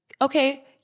Okay